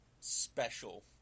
special